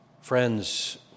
Friends